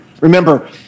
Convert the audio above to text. Remember